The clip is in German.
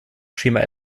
schema